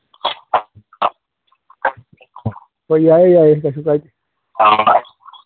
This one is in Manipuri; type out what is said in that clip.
ꯍꯣꯏ ꯌꯥꯏ ꯌꯥꯏꯌꯦ ꯀꯩꯁꯨ ꯀꯥꯏꯗꯦ